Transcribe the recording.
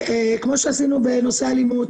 כמו שעשינו בנושא אלימות,